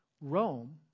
Rome